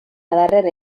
adarrean